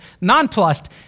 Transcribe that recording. nonplussed